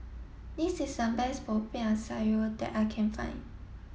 this is a best Popiah Sayur that I can find